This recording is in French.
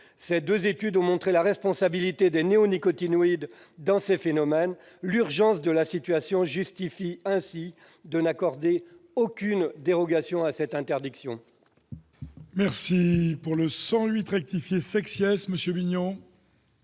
Ces deux études ont montré la responsabilité des néonicotinoïdes dans ces phénomènes. L'urgence de la situation justifie de n'accorder aucune dérogation à cette interdiction.